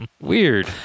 Weird